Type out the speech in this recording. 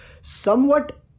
somewhat